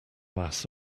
mass